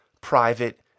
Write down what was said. private